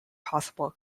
possible